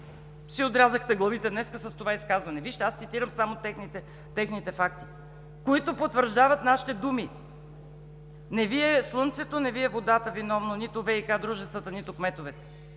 си отрязахте главите днес с това изказване. Вижте, аз цитирам само техните факти, които потвърждават нашите думи. Не Ви е слънцето, не Ви е водата виновна, нито ВиК дружествата, нито кметовете.